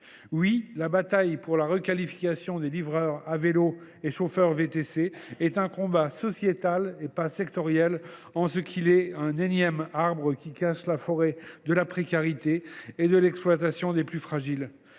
Oui, la bataille pour la requalification des livreurs à vélo et des chauffeurs de VTC est un combat sociétal, plutôt que sectoriel ; il est un énième arbre cachant la forêt de la précarité et de l’exploitation des plus fragiles.